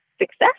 success